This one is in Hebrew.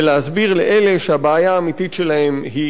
ולהסביר לאלה שהבעיה האמיתית שלהם היא